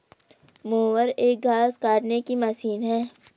mower एक घास काटने की मशीन है